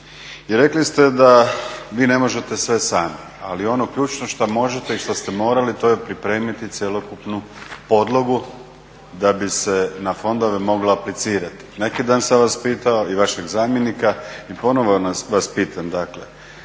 I rekli ste da vi ne možete sve sami, ali ono ključno što možete i što ste morali to je pripremiti cjelokupnu podlogu da bi se na fondove moglo aplicirati. Neki dan sam vas pitao i vašeg zamjenika i ponovo vas pitam dakle